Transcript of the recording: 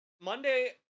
Monday